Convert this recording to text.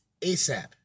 ASAP